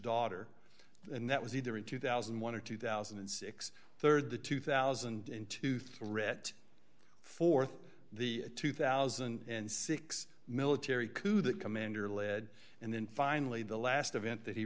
daughter and that was either in two thousand and one or two thousand and six rd the two thousand and two threat th the two thousand and six military coup that commander lead and then finally the last event that he